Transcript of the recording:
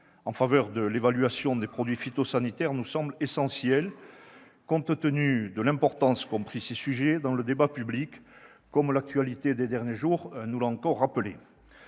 en faveur de l'évaluation des produits phytosanitaires nous semble essentiel, compte tenu de l'importance prise par ces sujets dans le débat public, comme l'actualité des derniers jours nous l'a encore rappelé.